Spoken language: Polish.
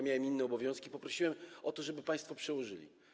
Miałem inne obowiązki, poprosiłem o to, żeby państwo przełożyli.